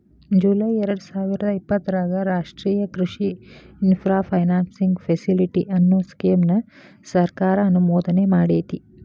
July ಎರ್ಡಸಾವಿರದ ಇಪ್ಪತರಾಗ ರಾಷ್ಟ್ರೇಯ ಕೃಷಿ ಇನ್ಫ್ರಾ ಫೈನಾನ್ಸಿಂಗ್ ಫೆಸಿಲಿಟಿ, ಅನ್ನೋ ಸ್ಕೇಮ್ ನ ಸರ್ಕಾರ ಅನುಮೋದನೆಮಾಡೇತಿ